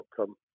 outcome